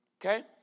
Okay